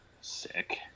sick